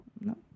No